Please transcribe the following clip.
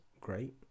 great